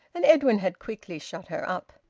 and edwin had quickly shut her up.